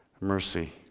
mercy